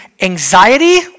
anxiety